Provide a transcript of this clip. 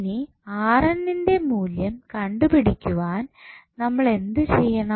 ഇനി ന്റെ മൂല്യം കണ്ടുപിടിക്കുവാൻ നമ്മളെന്തു ചെയ്യണം